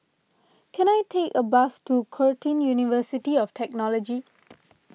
can I take a bus to Curtin University of Technology